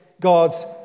God's